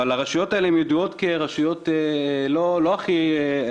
אבל הרשויות האלה ידועות כרשויות לא עשירות,